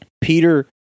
Peter